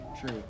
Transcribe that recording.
True